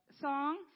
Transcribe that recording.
song